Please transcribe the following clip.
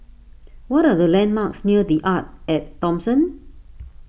what are the landmarks near the Arte at Thomson